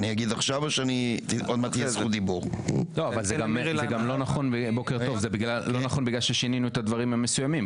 זה גם לא נכון, בגלל ששינינו את הדברים המסוימים.